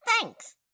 Thanks